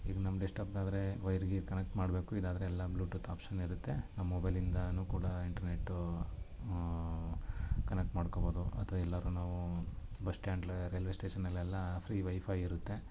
ಇದು ನಮ್ಮ ಡೆಸ್ಟಾಪಿಗಾದ್ರೆ ವೈರ್ ಗೀರ್ ಕನೆಕ್ಟ್ ಮಾಡಬೇಕು ಇದಾದರೆ ಎಲ್ಲ ಬ್ಲೂಟೂತ್ ಆಪ್ಶನ್ ಇರುತ್ತೆ ನಮ್ಮ ಮೊಬೈಲಿಂದ ಕೂಡ ಇಂಟ್ರನೆಟ್ಟು ಕನೆಕ್ಟ್ ಮಾಡ್ಕೋಬೋದು ಅಥ್ವ ಎಲ್ಲಾದ್ರು ನಾವೂ ಬಸ್ ಸ್ಟ್ಯಾಂಡಲ್ಲಿ ರೈಲ್ವೆ ಸ್ಟೇಷನಲೆಲ್ಲಾ ಫ್ರೀ ವೈಫೈ ಇರುತ್ತೆ